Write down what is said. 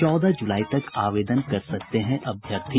चौदह ज़ुलाई तक आवेदन कर सकते हैं अभ्यर्थी